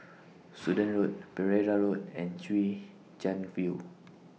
Sudan Road Pereira Road and Chwee Chian View